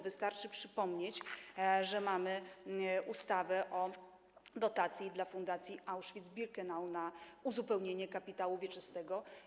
Wystarczy przypomnieć, że mamy ustawę o dotacji dla Fundacji Auschwitz-Birkenau na uzupełnienie kapitału wieczystego.